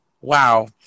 wow